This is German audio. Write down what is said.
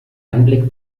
anblick